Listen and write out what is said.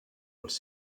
als